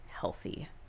healthy